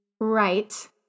right